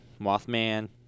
Mothman